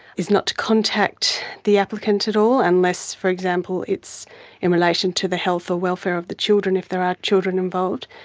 is not to contact the applicant at all unless, for example, it's in relation to the health or welfare of the children, if there are children involved,